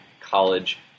College